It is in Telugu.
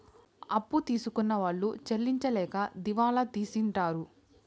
అప్పు తీసుకున్న వాళ్ళు చెల్లించలేక దివాళా తీసింటారు